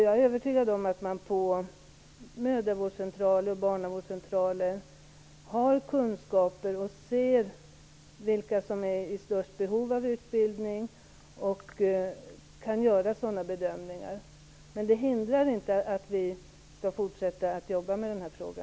Jag är övertygad om att man på mödra och barnavårdscentraler har kunskaper och ser vilka som är i störst behov av utbildning och kan göra sådana bedömningar. Det hindrar inte att vi skall fortsätta att arbeta med denna fråga.